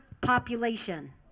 population